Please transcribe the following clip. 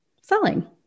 selling